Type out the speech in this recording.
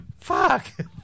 fuck